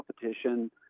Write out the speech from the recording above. competition